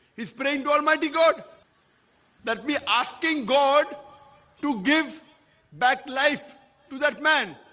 he's praying to almighty god that me asking god to give back life to that man